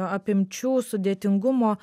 apimčių sudėtingumo